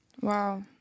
Wow